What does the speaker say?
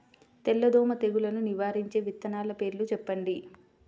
తెల్లదోమ తెగులును నివారించే విత్తనాల పేర్లు చెప్పండి?